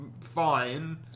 fine